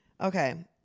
okay